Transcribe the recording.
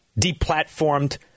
deplatformed